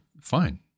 fine